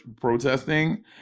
protesting